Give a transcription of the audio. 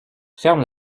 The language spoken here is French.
ferme